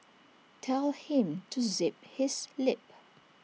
tell him to zip his lip